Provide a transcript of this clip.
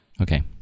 Okay